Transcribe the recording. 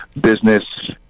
business